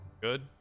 good